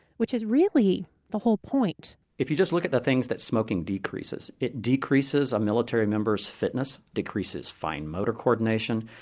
which is really the whole point if you just look at the things that smoking decreases, it decreases a military member's fitness, decreases fine motor coordination,